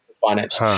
finance